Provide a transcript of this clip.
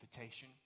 invitation